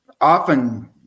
often